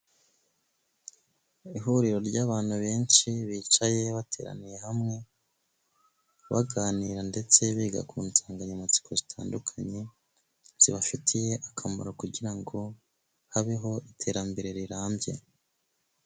Ihuriro ry'abantu benshi bicaye bateraniye hamwe, baganira ndetse biga ku nsanganyamatsiko zitandukanye, zibafitiye akamaro kugira ngo habeho iterambere rirambye.